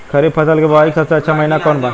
खरीफ फसल के बोआई के सबसे अच्छा महिना कौन बा?